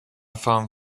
found